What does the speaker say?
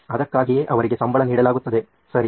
ಅದಕ್ಕಾಗಿಯೇ ಅವರಿಗೆ ಸಂಬಳ ನೀಡಲಾಗುತ್ತದೆ ಸರಿ